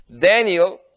Daniel